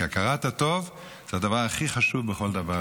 כי הכרת הטוב זה הדבר הכי חשוב בכל דבר.